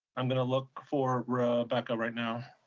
i'm gonna look for rebecca right now,